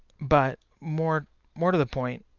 but more more to the point,